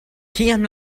kiam